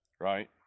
Right